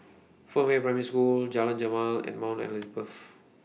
Fernvale Primary School Jalan Jamal and Mount Elizabeth